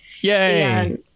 Yay